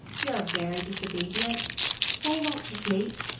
you are very disobedient why won't you sleep?